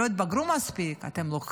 הם לא התבגרו מספיק?